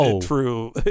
true